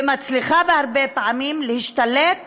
ומצליחה הרבה פעמים, להשתלט